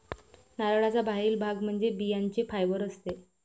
नारळाचा बाहेरील भाग म्हणजे बियांचे फायबर असते